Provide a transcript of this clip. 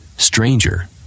Stranger